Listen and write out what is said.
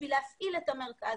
בשביל להפעיל את המרכז,